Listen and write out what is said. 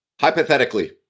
Hypothetically